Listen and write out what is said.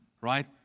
right